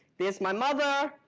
there's my mother,